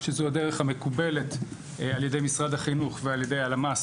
והיא הדרך המקובלת על ידי משרד החינוך ועל ידי הלמ״ס,